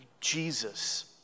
Jesus